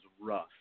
rough